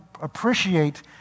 appreciate